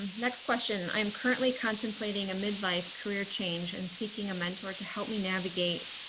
next question. i am currently contemplating a midlife career change and seeking a mentor to help me navigate